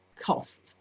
cost